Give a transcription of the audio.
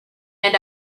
and